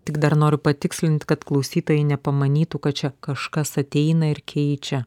tik dar noriu patikslint kad klausytojai nepamanytų kad čia kažkas ateina ir keičia